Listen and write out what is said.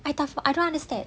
I tak I don't understand